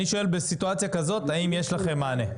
אני שואל בסיטואציה כזאת האם יש לכם מענה?